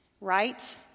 right